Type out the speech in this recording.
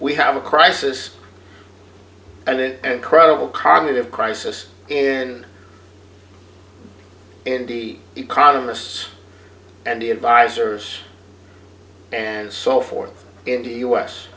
we have a crisis and credible cognitive crisis in indy economists and the advisors and so forth in the u